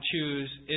choose